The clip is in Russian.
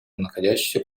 находящихся